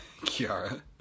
Kiara